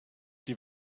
die